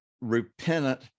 repentant